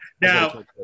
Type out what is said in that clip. Now